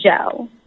Joe